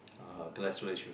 uh cholesterol issues